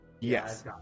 Yes